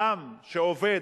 העם שעובד,